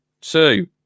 two